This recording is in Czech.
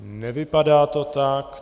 Nevypadá to tak.